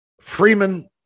Freeman